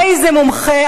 איזה מומחה,